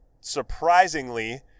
surprisingly